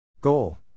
Goal